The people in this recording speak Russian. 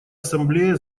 ассамблея